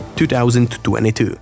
2022